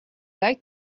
like